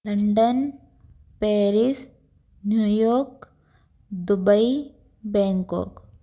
London Paris New York Dubai Bangkok